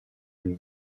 une